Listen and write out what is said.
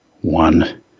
one